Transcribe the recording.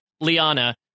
Liana